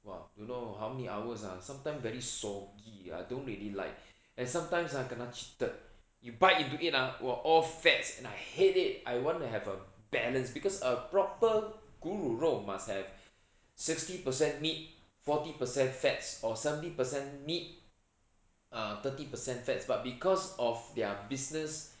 !wah! don't know how many hours ah sometimes very soggy I don't really like and sometimes kena cheated you bite into it !wah! all fats and I hate it I want to have a balance because a proper 咕噜肉 must have sixty percent meat forty percent fats or seventy percent meat uh thirty percent fats but because of their business